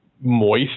moist